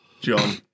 John